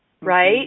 right